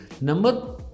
Number